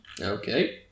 Okay